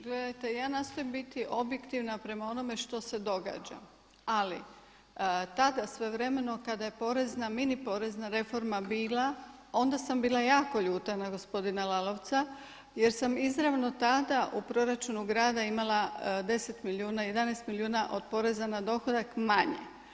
Gledajte ja nastojim biti objektivna prema onome što se događa, ali tada svojevremeno kada je porezna, mini porezna reforma bila onda sam bila jako ljuta na gospodina Lalovca jer sam izravno tada u proračunu grada imala 10 milijuna, 11 milijuna od poreza na dohodak manje.